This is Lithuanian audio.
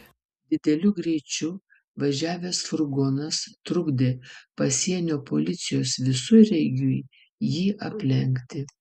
dideliu greičiu važiavęs furgonas trukdė pasienio policijos visureigiui jį aplenkti